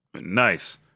Nice